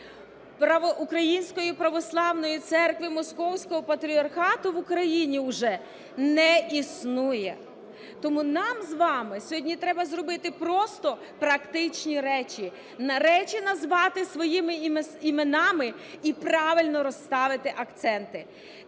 Української Православної Церкви Московського патріархату в Україні уже не існує. Тому нам з вами сьогодні треба зробити просто практичні речі: речі назвати своїми іменами і правильно розставити акценти.